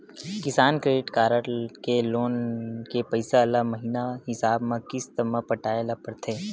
किसान credit card के loan के पइसा ल महिना हिसाब म किस्त म पटाए ल परथे